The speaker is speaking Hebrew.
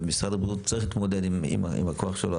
ומשרד הבריאות צריך להתמודד עם הכוח שלו.